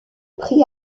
prix